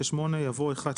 6 ו-8" יבוא "1,